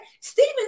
Stephen